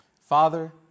Father